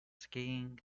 skiing